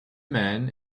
man